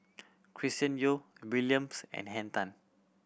Chris Yeo Williams and Henn Tan